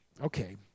Okay